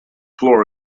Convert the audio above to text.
floor